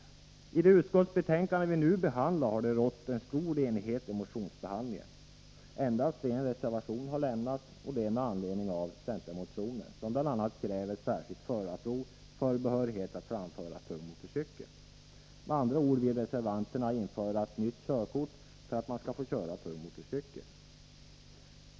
I det utskottsbetänkande vi nu behandlar har det rått stor enighet vid motionsbehandlingen. Endast en reservation har lämnats, och det har skett med anledning av en centermotion som bl.a. kräver särskilt förarprov för behörighet att framföra tung motorcykel. Med andra ord: Reservanterna vill införa ett nytt körkort för att man skall få köra tung motorcykel.